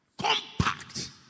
compact